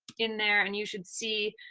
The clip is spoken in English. in there and you should see